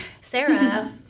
Sarah